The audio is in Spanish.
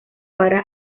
para